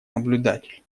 наблюдатель